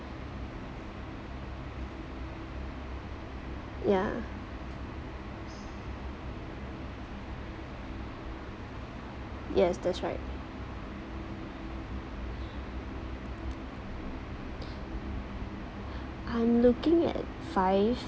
ya yes that's right I'm looking at five